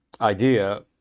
idea